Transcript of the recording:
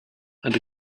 and